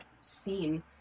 seen